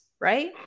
Right